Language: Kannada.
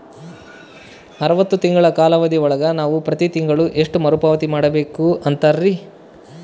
ಅರವತ್ತು ತಿಂಗಳ ಕಾಲಾವಧಿ ಒಳಗ ನಾವು ಪ್ರತಿ ತಿಂಗಳು ಎಷ್ಟು ಮರುಪಾವತಿ ಮಾಡಬೇಕು ಅಂತೇರಿ?